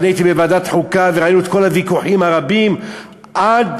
אני הייתי בוועדת חוקה וראינו את כל הוויכוחים הרבים עד,